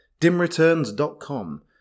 dimreturns.com